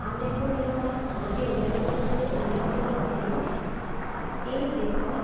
আন দেশৰ তুলনাত অতি উল্লেখযোগ্যভাৱে উল্লেখ কৰিব পাৰি এই দেশত